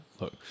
Look